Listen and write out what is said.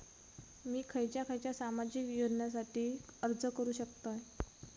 मी खयच्या खयच्या सामाजिक योजनेसाठी अर्ज करू शकतय?